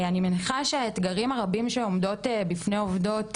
אני מניחה שהתגרים הרבים שעומדים בפני עובדות,